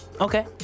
Okay